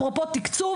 אפרופו תקצוב,